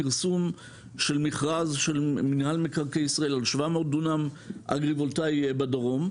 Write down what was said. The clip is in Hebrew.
פרסום של מכרז של מנהל מקרקעי ישראל על 700 דונם אגרי-וולטאי בדרום,